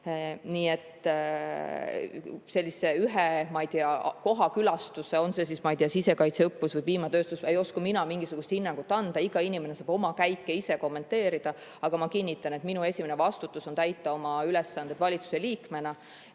ma ei tea – ühe koha külastuse kohta, on see siis sisekaitseõppus või piimatööstus, ei oska mina mingisugust hinnangut anda. Iga inimene saab oma käike ise kommenteerida. Aga ma kinnitan, et minu esimene vastutus on täita oma ülesandeid valitsusliikmena